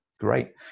great